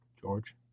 George